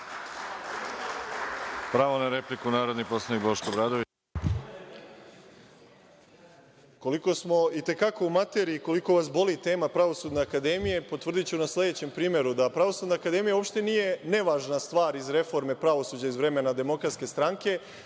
Pravo na repliku, narodni poslanik Boško Obradović.